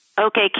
Okay